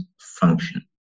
function